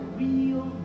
real